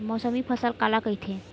मौसमी फसल काला कइथे?